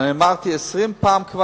כבר אמרתי עשרים פעם: